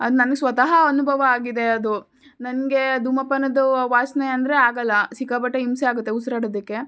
ಅದು ನನ್ಗೆ ಸ್ವತಃ ಅನುಭವ ಆಗಿದೆ ಅದು ನನಗೆ ಧೂಮಪಾನದ ವಾಸನೆ ಅಂದರೆ ಆಗೋಲ್ಲ ಸಿಕ್ಕಾಪಟ್ಟೆ ಹಿಂಸೆ ಆಗುತ್ತೆ ಉಸ್ರಾಡೋದಕ್ಕೆ